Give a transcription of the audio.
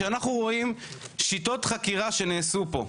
כשאנחנו רואים שיטות חקירה שנעשו פה,